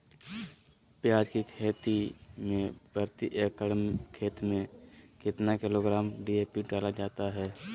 प्याज की खेती में प्रति एकड़ खेत में कितना किलोग्राम डी.ए.पी डाला जाता है?